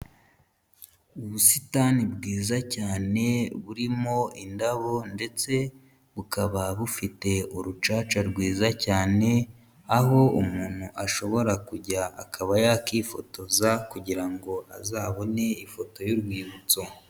Ubusitani bwiza cyane burimo indabo ndetse bukaba bufite urucaca rwiza cyane, aho umuntu ashobora kujya akaba yakifotoza kugira ngo azabone ifoto y'urwibutso.